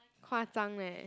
夸张 leh